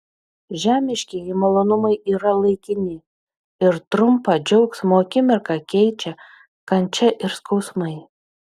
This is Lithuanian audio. žemiškieji malonumai yra laikini ir trumpą džiaugsmo akimirką keičia kančia ir skausmai